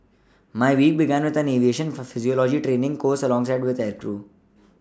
my week began with an aviation for physiology training course alongside other aircrew